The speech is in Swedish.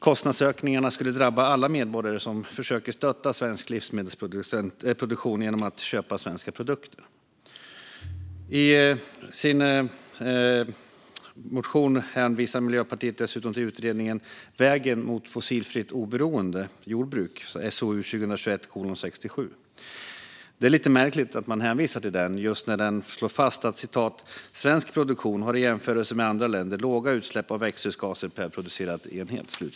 Kostnadsökningarna skulle drabba alla medborgare som försöker stötta svensk livsmedelsproduktion genom att köpa svenska produkter. I sin motion hänvisar Miljöpartiet dessutom till utredningen Vägen mot fossiloberoende jordbruk , SOU 2021:67. Det är lite märkligt att man hänvisar till den eftersom följande slås fast i utredningen: "Svensk produktion har i jämförelse med andra länder låga utsläpp av växthusgaser per producerad enhet."